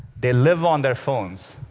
they live on their phones.